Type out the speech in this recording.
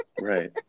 Right